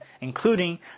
including